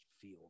feel